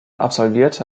absolvierte